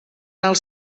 els